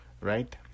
right